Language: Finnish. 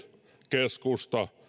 keskusta